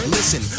Listen